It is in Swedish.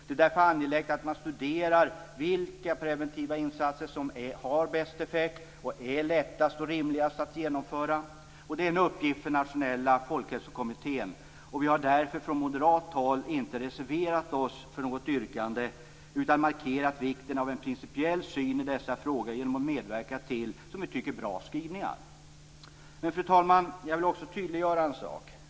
Det är därför angeläget att man studerar vilka preventiva insatser som har bäst effekt och är lättast och rimligast att genomföra. Det är en uppgift för Nationella folkhälsokommittén, och vi har därför från moderat håll inte reserverat oss för något yrkande utan markerat vikten av en principiell syn i dessa frågor genom att medverka till, som vi tycker, bra skrivningar. Fru talman! Jag vill också tydliggöra en sak.